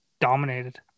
dominated